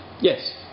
Yes